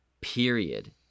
period